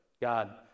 God